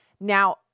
now